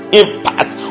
impact